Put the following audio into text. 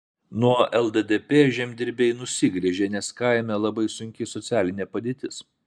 nuo lddp žemdirbiai nusigręžė nes kaime labai sunki socialinė padėtis